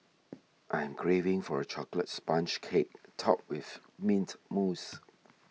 I am craving for a Chocolate Sponge Cake Topped with Mint Mousse